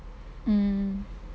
mm